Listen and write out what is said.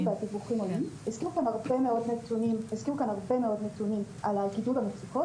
הזכירו פה הרבה מאוד נתונים על הבדידות המצוקות,